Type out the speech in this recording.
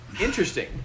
interesting